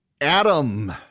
Adam